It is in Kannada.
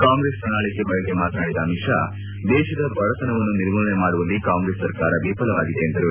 ಕಾಂಗ್ರೆಸ್ ಪ್ರಣಾಳಿಕೆ ಬಗೆಗೆ ಪ್ರಸ್ತಾಪಿಸಿದ ಅಮಿತ್ ಶಾ ದೇಶದ ಬಡತನವನ್ನು ನಿರ್ಮೂಲನೆ ಮಾಡುವಲ್ಲಿ ಕಾಂಗ್ರೆಸ್ ಸರ್ಕಾರ ವಿಫಲವಾಗಿದೆ ಎಂದರು